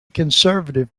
conservative